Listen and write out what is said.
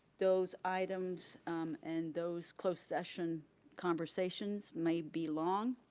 those items and those closed session conversations might be long.